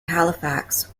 halifax